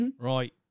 Right